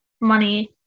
money